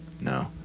No